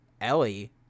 Ellie